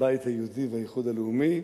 הבית היהודי והאיחוד הלאומי,